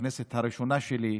בכנסת הראשונה שלי,